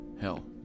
Hell